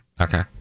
Okay